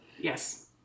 Yes